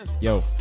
yo